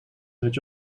dat